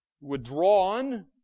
withdrawn